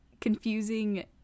confusing